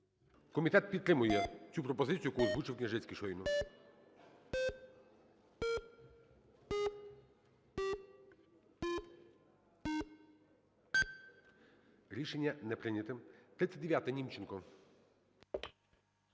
Комітет підтримує цю пропозицію, яку озвучив Княжицький щойно. 12:53:22 За-38 Рішення не прийнято. 39-а, Німченко.